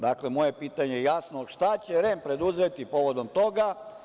Dakle, moje pitanje je jasno – šta će REM preduzeti povodom toga?